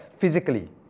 physically